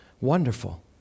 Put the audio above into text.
Wonderful